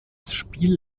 spiel